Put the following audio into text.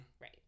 Right